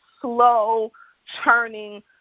slow-churning